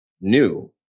new